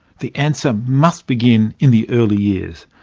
the answer must begin in the early years.